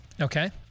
Okay